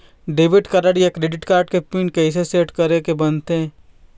Debit card या credit card के PIN कइसे सेट करे के बनते?